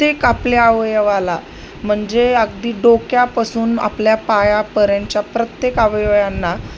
प्रत्येक आपल्या आवयवाला म्हणजे अगदी डोक्यापासून आपल्या पाया पर्यंतच्या प्रत्येक अवयवाना